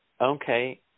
Okay